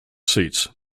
seats